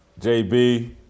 JB